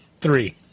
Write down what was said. Three